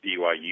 BYU